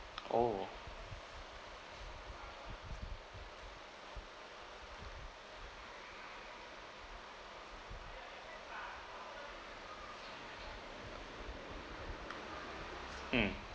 oh hmm